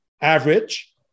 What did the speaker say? average